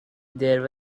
there